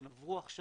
הן עברו הכשרה,